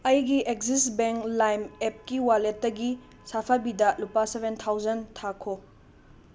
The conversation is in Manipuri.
ꯑꯩꯒꯤ ꯑꯦꯛꯖꯤꯁ ꯕꯦꯡ ꯂꯥꯏꯝ ꯑꯦꯞꯀꯤ ꯋꯥꯂꯦꯠꯇꯒꯤ ꯁꯥꯐꯕꯤꯗ ꯂꯤꯄꯥ ꯁꯕꯦꯟ ꯊꯥꯎꯖꯟ ꯊꯥꯈꯣ